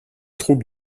troupes